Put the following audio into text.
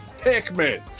Pikmin